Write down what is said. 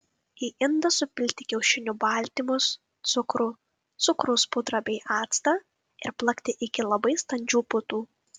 į indą supilti kiaušinių baltymus cukrų cukraus pudrą bei actą ir plakti iki labai standžių putų